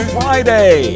Friday